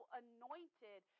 anointed